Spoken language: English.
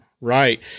right